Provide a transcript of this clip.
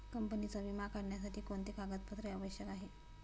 कंपनीचा विमा काढण्यासाठी कोणते कागदपत्रे आवश्यक आहे?